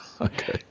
okay